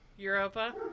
Europa